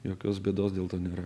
jokios bėdos dėl to nėra